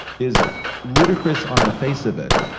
is ludicrous on the face of it,